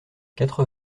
quatre